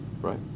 right